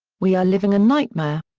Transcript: we are living a nightmare.